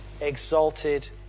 exalted